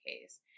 case